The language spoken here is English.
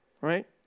Right